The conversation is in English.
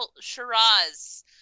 Shiraz